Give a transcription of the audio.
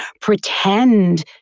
pretend